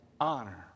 honor